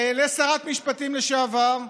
לשרת המשפטים לשעבר,